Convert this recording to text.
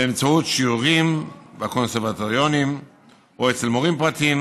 באמצעות שיעורים בקונסרבטוריונים או אצל מורים פרטיים.